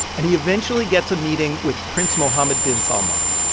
and he eventually gets a meeting with prince mohammed bin salman.